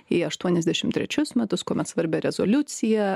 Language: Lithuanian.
į aštuoniasdešim trečius metus kuomet svarbią rezoliuciją